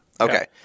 Okay